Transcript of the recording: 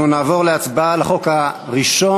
אנחנו נעבור להצבעה על החוק הראשון,